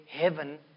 heaven